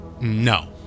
No